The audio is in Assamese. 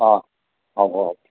অঁ হ'ব হ'ব